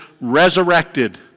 resurrected